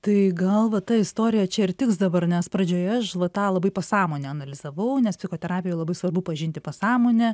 tai gal va ta istorija čia ir tiks dabar nes pradžioje aš va tą labai pasąmonę analizavau nes psichoterapijoj labai svarbu pažinti pasąmonę